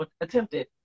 attempted